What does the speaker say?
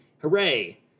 Hooray